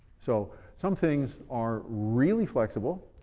so some things are really flexible,